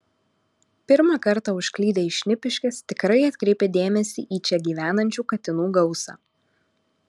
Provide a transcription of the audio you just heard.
pirmą kartą užklydę į šnipiškes tikrai atkreipia dėmesį į čia gyvenančių katinų gausą